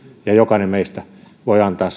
ja jokainen meistä voi antaa